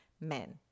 men